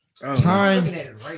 time